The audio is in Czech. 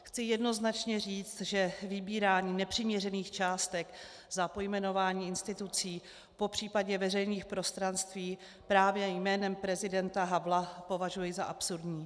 Chci jednoznačně říct, že vybíráním nepřiměřených částek za pojmenování institucí, popřípadě veřejných prostranství právě jménem prezidenta Havla považuji za absurdní.